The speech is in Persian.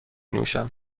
نوشم